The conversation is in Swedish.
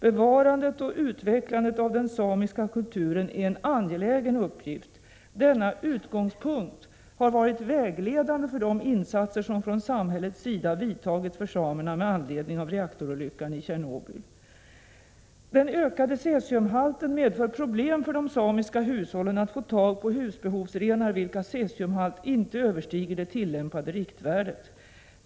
Bevarandet och utvecklandet av den samiska kulturen är en angelägen uppgift. Denna utgångspunkt har varit vägledande för de insatser som från samhällets sida vidtagits för samerna med anledning av reaktorolyckan i Tjernobyl. Den ökade cesiumhalten medför problem för de samiska hushållen att få tag på husbehovsrenar vilkas cesiumhalt inte överstiger det tillämpade riktvärdet.